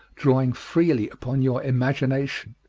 drawing freely upon your imagination.